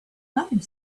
nothing